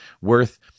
worth